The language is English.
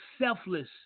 selfless